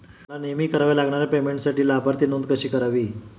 मला नेहमी कराव्या लागणाऱ्या पेमेंटसाठी लाभार्थी नोंद कशी करावी?